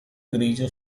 grigio